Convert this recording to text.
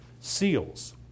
seals